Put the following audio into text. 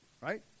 Right